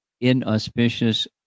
inauspicious